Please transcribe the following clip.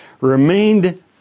remained